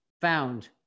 found